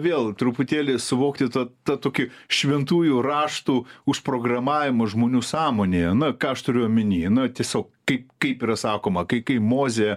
vėl truputėlį suvokti tą tą tokį šventųjų raštų užprogramavimą žmonių sąmonėje na ką aš turiu omeny na tiesiog kaip kaip yra sakoma kai kai mozė